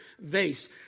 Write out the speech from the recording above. vase